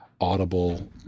audible